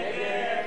נגד,